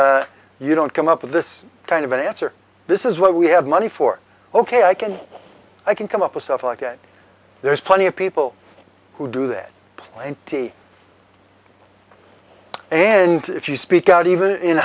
you don't come up with this kind of an answer this is what we have money for ok i can i can come up with stuff like that there's plenty of people who do that plenty and if you speak out even in